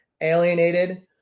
alienated